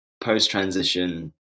post-transition